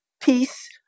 peace